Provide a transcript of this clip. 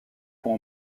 pour